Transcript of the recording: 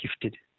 gifted